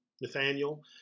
Nathaniel